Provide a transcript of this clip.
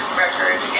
Record